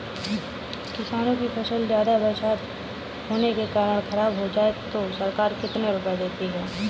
किसानों की फसल ज्यादा बरसात होने के कारण खराब हो जाए तो सरकार कितने रुपये देती है?